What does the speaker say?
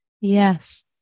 Yes